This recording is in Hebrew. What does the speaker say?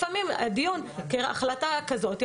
ולכן לפעמים הדיון יכול להתעכב.